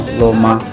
loma